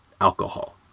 Alcohol